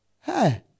hey